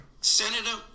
Senator